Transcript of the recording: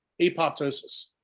apoptosis